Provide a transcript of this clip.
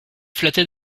flattais